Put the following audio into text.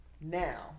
Now